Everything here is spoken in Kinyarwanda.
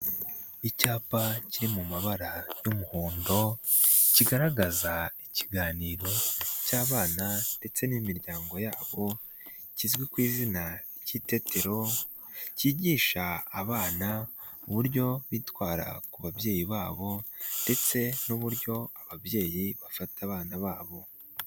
Icyapa Kiri mu mabara y'umuhondo kigaragaza ikiganiro cy'abana ndetse n'imiryango yabo, kizwi ku izina ry'itetero, kigisha abana uburyo bitwara ku babyeyi babo, ndetse n'uburyo ababyeyi bafata abana babo.